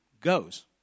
goes